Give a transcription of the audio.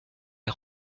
les